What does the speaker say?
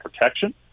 protection